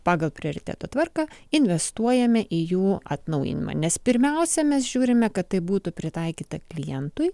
pagal prioriteto tvarka investuojame į jų atnaujinimą nes pirmiausia mes žiūrime kad tai būtų pritaikyta klientui